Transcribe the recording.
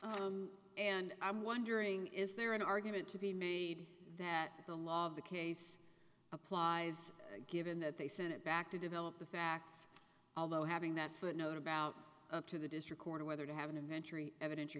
on and i'm wondering is there an argument to be made that the law of the case applies given that they sent it back to develop the facts although having that footnote about up to the district court or whether to have an adventure e evidence